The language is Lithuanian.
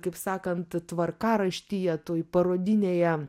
kaip sakant tvarkaraštyje toj parodinėje